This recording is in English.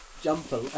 jumper